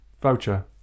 Voucher